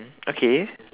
okay